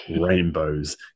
rainbows